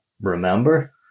remember